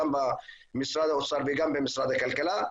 גם במשרד האוצר וגם במשרד הכלכלה,